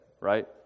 right